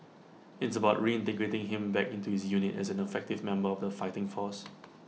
it's about reintegrating him back into his unit as an effective member of the fighting force